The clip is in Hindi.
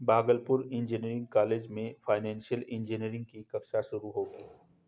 भागलपुर इंजीनियरिंग कॉलेज में फाइनेंशियल इंजीनियरिंग की कक्षा शुरू होगी